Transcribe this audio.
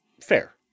Fair